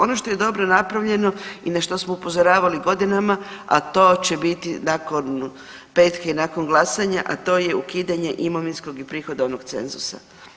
Ono što je dobro napravljeno i na što smo upozoravali godinama, a to će biti nakon petka i nakon glasanja, a to je ukidanje imovinskog i prihodovnog cenzusa.